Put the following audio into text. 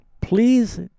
please